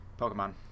Pokemon